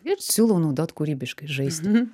ir siūlau naudot kūrybiškai žaisti